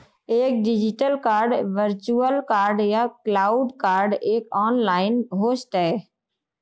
एक digital card virtual card या cloud card एक ऑनलाइन होस्ट है